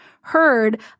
heard